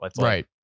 Right